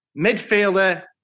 midfielder